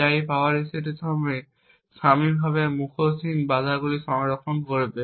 যা এই power reset সময় সাময়িকভাবে মুখোশহীন বাধাগুলি সংরক্ষণ করবে